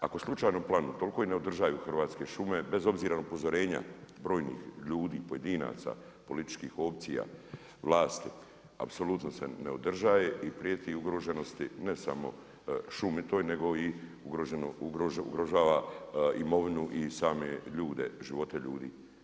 Ako slučajno planu, toliko ih ne održavaju Hrvatske šume bez obzira na upozorenja brojnih ljudi, pojedinaca, političkim opcija, vlasti, apsolutno se ne održava, i prijeti ugroženosti ne samo šumi toj nego i ugrožava imovinu i same ljude, živote ljudi.